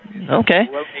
Okay